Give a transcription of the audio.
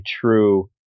true